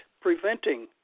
preventing